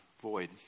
void